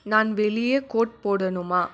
நான் வெளியே கோட் போடணுமா